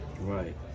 Right